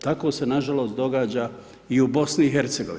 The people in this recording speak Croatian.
Tako se, na žalost događa i u BiH.